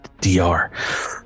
DR